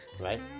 Right